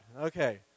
Okay